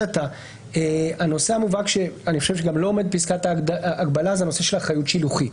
עתה שלא עומד בפסקת ההגבלה זה הנושא של אחריות שילוחית.